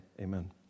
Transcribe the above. amen